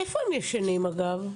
איפה הם ישנים אגב?